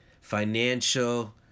financial